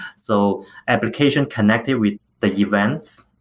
so application connected with the events,